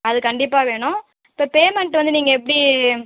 அது கண்டிப்பாக வேணும் இப்போ பேமெண்ட் வந்து நீங்கள் எப்படி